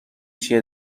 چیه